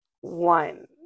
one